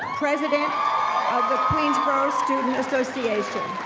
president of the queensborough student association.